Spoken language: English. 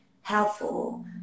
helpful